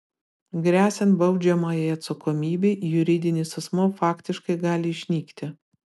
gresiant baudžiamajai atsakomybei juridinis asmuo faktiškai gali išnykti